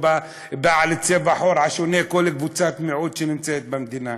בבעלי צבע העור השונה או בכל קבוצת מיעוט שנמצאת במדינה,